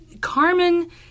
Carmen